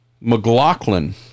McLaughlin